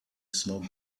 smoke